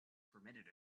permitted